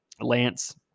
Lance